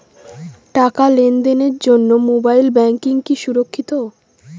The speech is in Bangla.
টাকা লেনদেনের জন্য মোবাইল ব্যাঙ্কিং কি সুরক্ষিত?